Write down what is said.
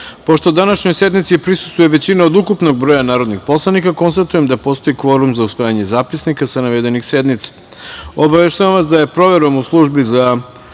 današnjoj sednici prisustvuje većina od ukupnog broja narodnih poslanika, konstatujem da postoji kvorum za usvajanje zapisnika sa navedenih sednica. Obaveštavam vas da je proverom u Službi za